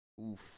Oof